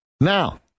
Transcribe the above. Now